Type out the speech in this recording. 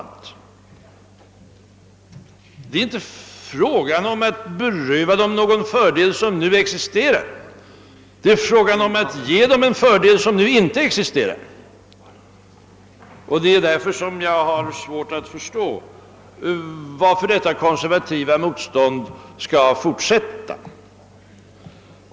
Det är inte fråga om att beröva löntagarna någon fördel som nu existerar, utan det är fråga om att ge dem en fördel som inte existerar. Det är därför jag har svårt att förstå varför detta konservativa motstånd skall behöva fortsätta.